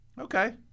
Okay